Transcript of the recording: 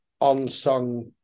unsung